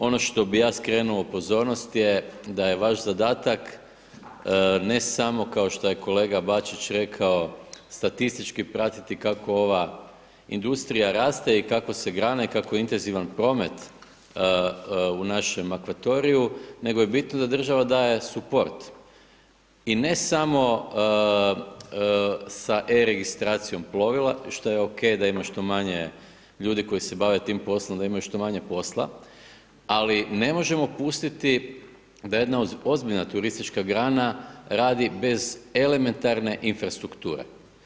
Ono što bi ja skrenuo pozornost je da je vaš zadatak, ne samo što je kolega Bačić rekao statistički pratiti, kao ova industrija raste i kako se grana i kako je intenzivan promet u našem akvatoriju, nego je bitno da država daje support i ne samo sa e-registracijom plovila, što je ok, da ima što manje ljudi koji se bave tim poslom, da imaju što manje posla, ali ne možemo pustiti da jedna ozbiljna turistička grana radi bez elementarne infrastrukture.